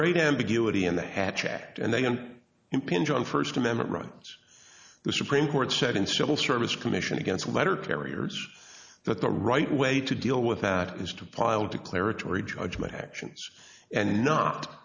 great ambiguity in the hatch act and they impinge on first amendment rights the supreme court said in civil service commission against letter carriers that the right way to deal with that is to pile declaratory judgment actions and not